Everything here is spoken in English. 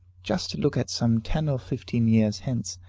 just to look at some ten or fifteen years hence,